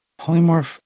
polymorph